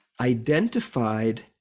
identified